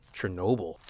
Chernobyl